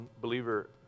believer